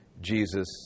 Jesus